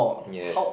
yes